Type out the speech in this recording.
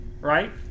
right